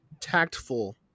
Tactful